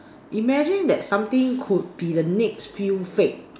imagine that something could be the next few fate